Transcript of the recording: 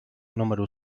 número